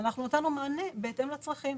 אנחנו נתנו מענה בהתאם לצרכים.